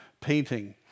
painting